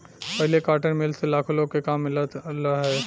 पहिले cotton mill से लाखो लोग के काम मिलल रहे